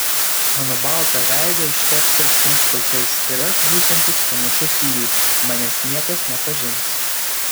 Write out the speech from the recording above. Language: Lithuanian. mano baltą veidą ištepsią šuns taukais ir aš būsiantis panašus į jį manęs niekas nepažins